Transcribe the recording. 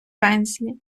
пензлі